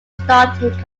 starting